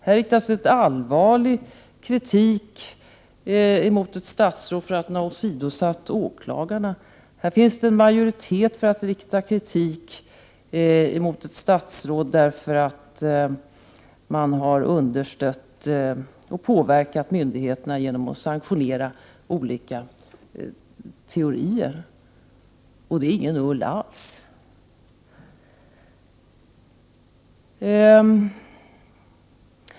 Här riktas allvarlig kritik mot ett statsråd för att ha åsidosatt åklagarna. Här finns en majoritet för att rikta kritik mot ett statsråd för att ha understött och påverkat myndigheterna genom att sanktionera olika teorier. Det är ingen ull alls!